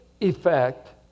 effect